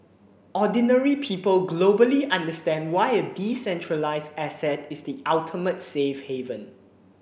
ordinary people globally understand why a decentralized asset is the ultimate safe haven